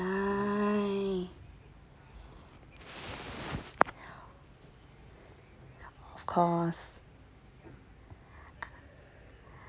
of course